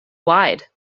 wide